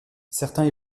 certains